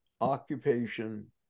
occupation